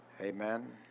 Amen